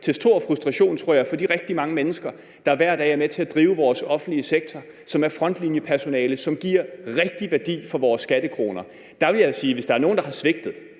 til stor frustration, tror jeg, for de rigtig mange mennesker, der hver dag er med til at drive vores offentlige sektor, som er frontlinjepersonale, og som giver rigtig værdi for vores skattekroner. Der vil jeg sige, at hvis der er nogen, der har svigtet,